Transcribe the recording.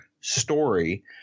story –